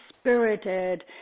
spirited